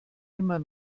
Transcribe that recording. immer